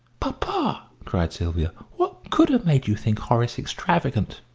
papa! cried sylvia. what could have made you think horace extravagant?